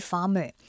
Farmer